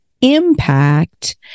impact